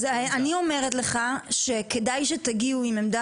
אני אומר לך שכדאי שתגיעו עם עמדה